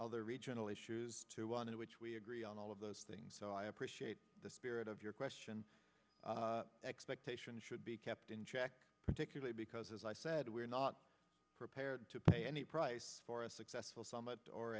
other regional issues too on which we agree on all of those things so i appreciate the spirit of your question expectations should be kept in check particularly because as i said we're not prepared to pay any price for a successful summit